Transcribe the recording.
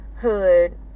hood